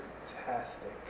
fantastic